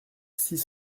six